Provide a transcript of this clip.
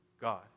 God